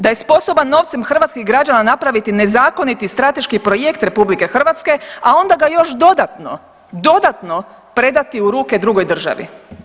Da je sposoban novcem hrvatskih građana napraviti nezakoniti strateški projekt RH, a onda ga još dodatno, dodatno predati u ruke drugoj državi?